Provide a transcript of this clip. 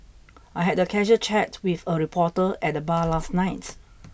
I had a casual chat with a reporter at the bar last night